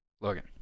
logan